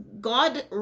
god